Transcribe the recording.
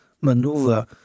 maneuver